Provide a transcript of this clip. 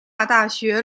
大学